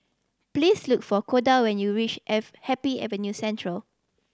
please look for Koda when you reach F Happy Avenue Central